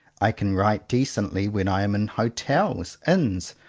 i can write decently when i am in hotels, inns,